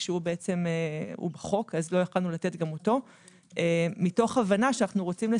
שהוא בחוק אז לא יכולנו לתת גם אותו מתוך הבנה שאנו רוצים לא